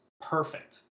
perfect